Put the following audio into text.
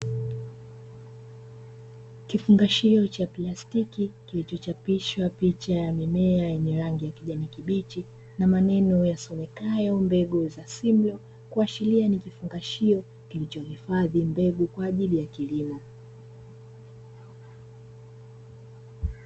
Kifungashio cha plastiki kilichochapishwa picha ya mimea yenye rangi ya kijani kibichi na maneno yasomekayo "MBEGU ZA SIMLAW " kuashiria ni kifungashio kilichohifadhi mbegu kwa ajili ya kilimo.